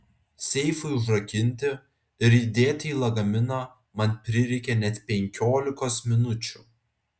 seifui užrakinti ir įdėti į lagaminą man prireikė net penkiolikos minučių